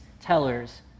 tellers